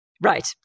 Right